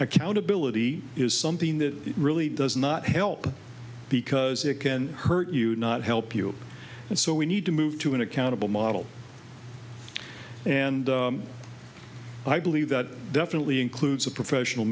accountability is something that really does not help because it can hurt you not help you and so we need to move to an accountable model and i believe that definitely includes a professional